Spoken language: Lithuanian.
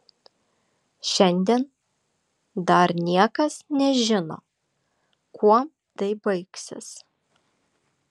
šiandien dar niekas nežino kuom tai baigsis